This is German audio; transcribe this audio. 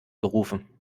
gerufen